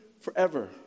forever